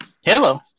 Hello